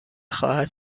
خواهد